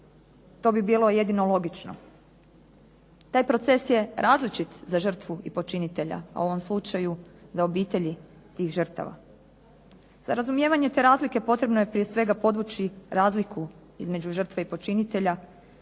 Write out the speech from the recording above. To bi bilo jedino logično. Taj proces je različit i za žrtvu i počinitelja, a u ovom slučaju za obitelji tih žrtava. Za razumijevanje te razlike potrebno je prije svega podvući razliku između žrtve i počinitelja,